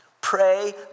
Pray